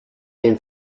been